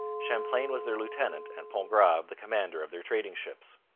champlain was their lieutenant and pontgrave the commander of their trading ships.